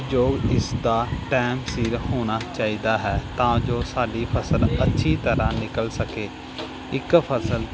ਜੋ ਇਸ ਦਾ ਟਾਈਮ ਸਿਰ ਹੋਣਾ ਚਾਹੀਦਾ ਹੈ ਤਾਂ ਜੋ ਸਾਡੀ ਫਸਲ ਅੱਛੀ ਤਰ੍ਹਾਂ ਨਿਕਲ ਸਕੇ ਇੱਕ ਫਸਲ